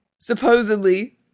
supposedly